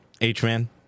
H-Man